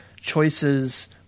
choices